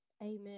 Amen